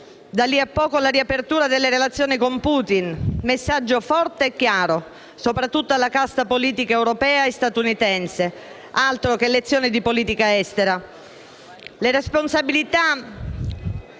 Da lì a poco la riapertura delle relazioni con Putin, messaggio forte e chiaro soprattutto alla casta politica europea e statunitense. Altro che lezioni di politica estera!